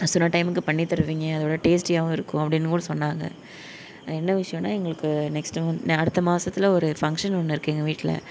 சொன்ன டைமுக்கு பண்ணித் தருவீங்க அதோட டேஸ்டியாகவும் இருக்கும் அப்படின்னு கூட சொன்னாங்க என்ன விஷயோனா எங்களுக்கு நெக்ஸ்டு மந்த் அடுத்த மாசத்தில் ஒரு ஃபங்க்ஷன் ஒன்று இருக்குது எங்கள் வீட்டில்